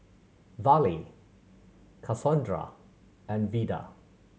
Vallie Cassondra and Vida